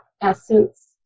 essence